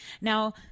Now